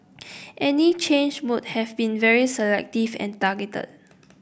any change would have been very selective and targeted